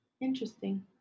Interesting